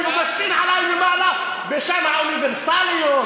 ומשתין עלי מלמעלה בשם האוניברסליות,